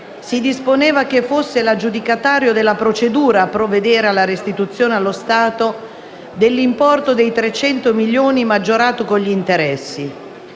si disponeva che fosse l'aggiudicatario della procedura a provvedere alla restituzione allo Stato dell'importo di 300 milioni maggiorato con gli interessi;